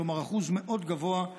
כלומר אחוז מאוד גבוה,